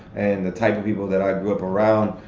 and the type of people that i grew up around.